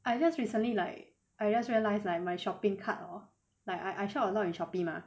I just recently like I just realized like my shopping cart hor like I I shop a lot in Shopee mah